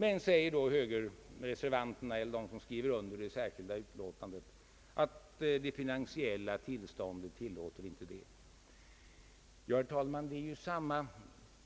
Men, säger de högermän som skrivit under det särskilda yttrandet, det statsfinansiella tillståndet tillåter det inte. Det är, herr talman, samma